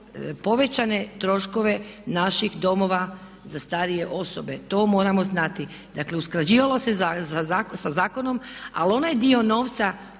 povećane troškove naših domova za starije osobe. To moramo znati. Dakle, usklađivalo se sa zakonom. Ali onaj dio novca